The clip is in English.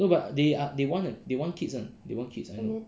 no but they are they want they want kids [one] they want kids